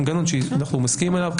מנגנון שנסכים עליו.